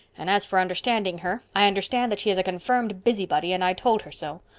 and as for understanding her, i understand that she is a confirmed busybody and i told her so.